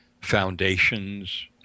foundations